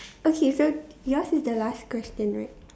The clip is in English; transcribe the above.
okay so yours is the last question right